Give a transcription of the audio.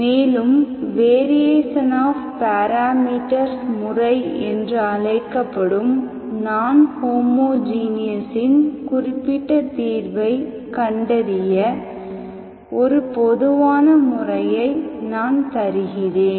மேலும் variation of parameters முறை என்று அழைக்கப்படும் நான் ஹோமோஜீனியஸ் இன் குறிப்பிட்ட தீர்வைக் கண்டறிய ஒரு பொதுவான முறையை நான் தருகிறேன்